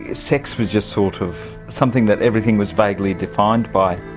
ah sex was just sort of something that everything was vaguely defined by